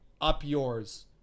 up-yours